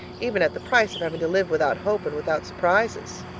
even at the price of having to live without hope and without surprises?